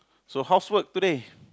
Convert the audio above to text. so how's work today